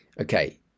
Okay